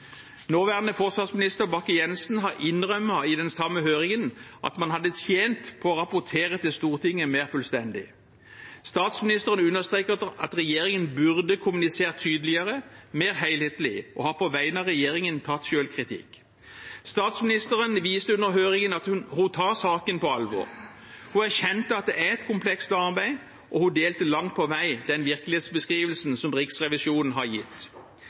Nåværende forsvarsminister, Bakke-Jensen, innrømmet i den samme høringen at man hadde tjent på å rapportere til Stortinget mer fullstendig. Statsministeren understreket at regjeringen burde kommunisert tydeligere og mer helhetlig, og har på vegne av regjeringen tatt selvkritikk. Statsministeren viste under høringen at hun tar saken på alvor. Hun erkjente at det er et komplekst arbeid, og hun delte langt på vei den virkelighetsbeskrivelsen som Riksrevisjonen har gitt.